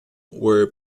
were